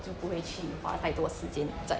就不会去花太多时间在